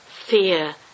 fear